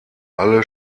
alle